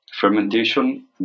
Fermentation